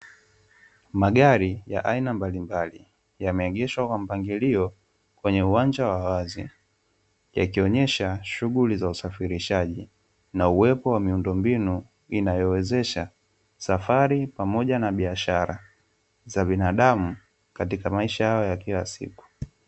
Magari ya aina mbalimbali, yameegeshwa kwa mpangilio kwenye uwanja wa wazi, yakionyesha shughuli za usafirishaji na uwepo wa miundombinu inayowezesha safari pamoja na biashara za binadamu katika maisha yao ya kila siku.